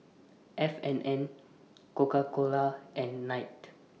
F and N Coca Cola and Knight